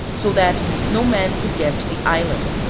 so that no man could get to the island.